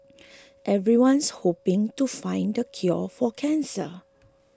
everyone's hoping to find the cure for cancer